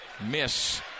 miss